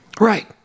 Right